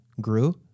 grew